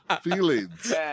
feelings